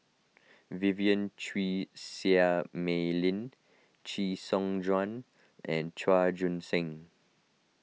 Vivien Quahe Seah Mei Lin Chee Soon Juan and Chua Joon Siang